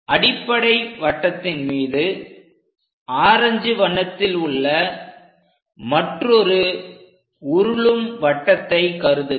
அடிப்படை வட்டத்தின் மீது ஆரஞ்சு வண்ணத்தில் உள்ள மற்றொரு உருளும் வட்டத்தை கருதுக